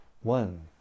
One